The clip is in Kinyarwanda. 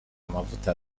amavuta